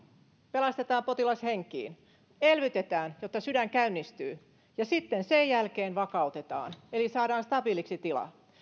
pelastetaan potilas henkiin elvytetään jotta sydän käynnistyy ja sitten sen jälkeen vakautetaan eli saadaan stabiiliksi tila